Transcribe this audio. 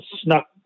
snuck